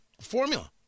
formula